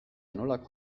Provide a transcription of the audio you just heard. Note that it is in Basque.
nolako